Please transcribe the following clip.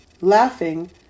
Laughing